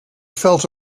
felt